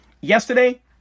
Yesterday